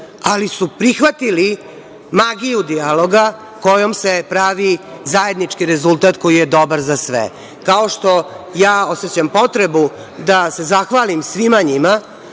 ali su prihvatili magiju dijaloga kojom se pravi zajednički rezultat koji je dobar za sve. Kao što ja osećam potrebu da se zahvalim svima njima